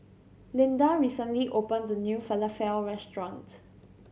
Lynda recently opened a new Falafel Restaurant